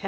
Kl.